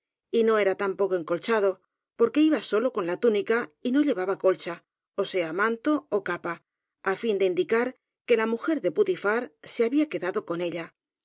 sábanas y no era tampoco encolchado porque iba sólo con la túnica y no lle vaba colcha ó sea manto ó capa á fin de indicar que la mujer de putifar se había quedado con ella